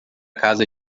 casa